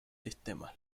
sistemas